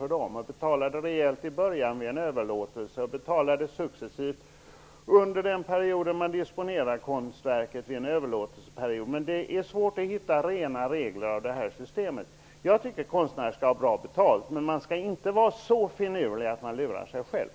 Då skulle man betala rejält vid den första upplåtelsen och skulle sedan betala successivt under en överlåtelseperiod när man disponerar konstverket. Det är dock svårt att finna rena regellösningar för ett sådant system. Jag tycker att konstnären skall ha bra betalt, men man skall inte vara så finurlig att man lurar sig själv.